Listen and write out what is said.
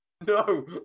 No